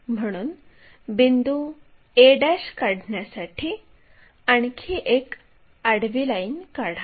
म्हणून बिंदू a काढण्यासाठी आणखी एक आडवी लाईन काढा